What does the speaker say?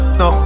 no